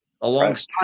alongside